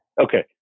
okay